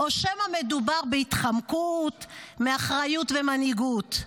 או שמא מדובר בהתחמקות מאחריות וממנהיגות?